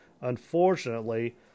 Unfortunately